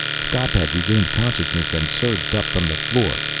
skop had regained consciousness and surged up from the floor.